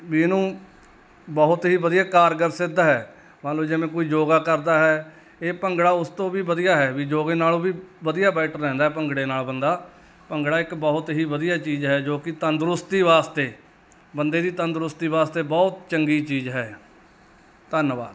ਵੀ ਇਹਨੂੰ ਬਹੁਤ ਹੀ ਵਧੀਆ ਕਾਰਗਰ ਸਿੱਧ ਹੈ ਮੰਨ ਲਓ ਜਿਵੇਂ ਕੋਈ ਯੋਗਾ ਕਰਦਾ ਹੈ ਇਹ ਭੰਗੜਾ ਉਸ ਤੋਂ ਵੀ ਵਧੀਆ ਹੈ ਵੀ ਯੋਗੇ ਨਾਲੋਂ ਵੀ ਵਧੀਆ ਬੈਟਰ ਰਹਿੰਦਾ ਭੰਗੜੇ ਨਾਲ ਬੰਦਾ ਭੰਗੜਾ ਇੱਕ ਬਹੁਤ ਹੀ ਵਧੀਆ ਚੀਜ਼ ਹੈ ਜੋ ਕਿ ਤੰਦਰੁਸਤੀ ਵਾਸਤੇ ਬੰਦੇ ਦੀ ਤੰਦਰੁਸਤੀ ਵਾਸਤੇ ਬਹੁਤ ਚੰਗੀ ਚੀਜ਼ ਹੈ ਧੰਨਵਾਦ